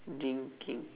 drinking